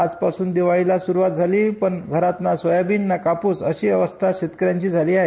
आजपासून दिवाळीला सुरुवात झाली पण घरातला सोयाबीन कापूस अशी अवस्था शेतकऱ्यांची झाली आहे